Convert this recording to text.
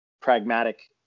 pragmatic